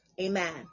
Amen